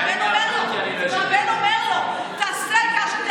והבן אומר לו: תעשה משהו.